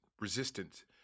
resistant